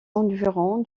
environs